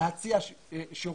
להציע שירות.